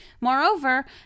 Moreover